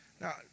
Now